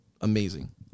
amazing